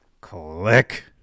Click